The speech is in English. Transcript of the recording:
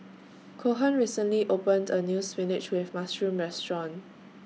Cohen recently opened A New Spinach with Mushroom Restaurant